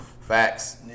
Facts